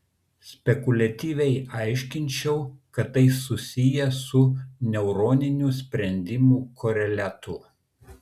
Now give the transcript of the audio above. spekuliatyviai aiškinčiau kad tai susiję su neuroninių sprendimų koreliatu